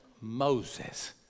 Moses